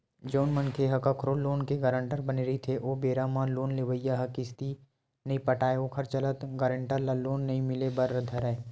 जउन मनखे ह कखरो लोन के गारंटर बने रहिथे ओ बेरा म लोन लेवइया ह किस्ती नइ पटाय ओखर चलत गारेंटर ल लोन नइ मिले बर धरय